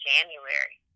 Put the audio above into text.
January